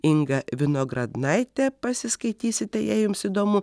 inga vinogradnaitė pasiskaitysite jei jums įdomu